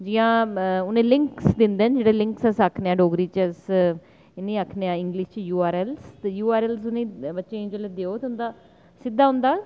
जि'यां उ'नेंगी लिंक्स दिंदे न जेह्ड़े लिंक्स आक्खने आं डोगरी च इ'नेंगी इंग्लिश च आक्खने आं य़ूआरएल्स जेल्लै बच्चें गी देओ ते इं'दा सिद्धा उं'दा